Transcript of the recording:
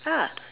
ah